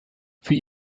für